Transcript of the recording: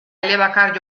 elebakar